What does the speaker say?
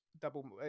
double